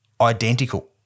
identical